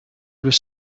were